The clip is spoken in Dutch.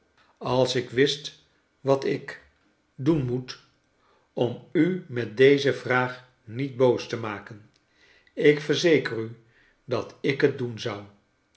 als ik wist wat ik doen moet om u met deze vraag niet boos te maken ik verzeker u dat ik het doen zou